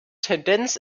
tendenz